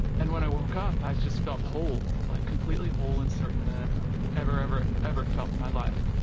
and when i woke up, i just felt whole like completely whole and certain that ever ever ever felt my life